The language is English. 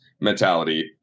mentality